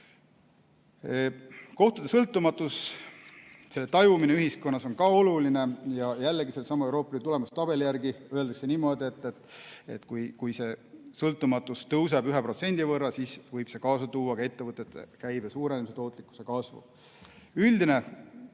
Kohtute sõltumatus ja selle tajumine ühiskonnas on ka oluline. Jällegi, Euroopa Liidu tulemustabelis öeldakse niimoodi, et kui see sõltumatus tõuseb 1% võrra, siis võib see kaasa tuua ka ettevõtete käibe suurenemise, tootlikkuse kasvu. Üldine